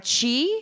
Chi